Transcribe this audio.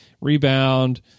rebound